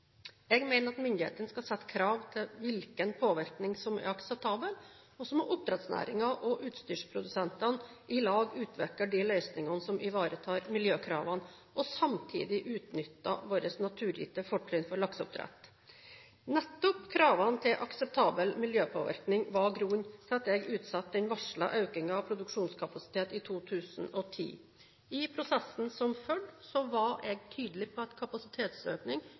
Jeg mener at myndighetene skal sette krav til hvilken påvirkning som er akseptabel, og så må oppdrettsnæringen og utstyrsprodusentene i lag utvikle de løsningene som ivaretar miljøkravene og samtidig utnytter våre naturgitte fortrinn for lakseoppdrett. Nettopp kravene til akseptabel miljøpåvirkning var grunnen til at jeg utsatte den varslede økningen av produksjonskapasitet i 2010. I prosessen som fulgte, var jeg tydelig på at kapasitetsøkning